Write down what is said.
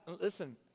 listen